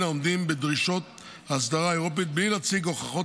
העומדים בדרישות האסדרה האירופית בלי להציג הוכחות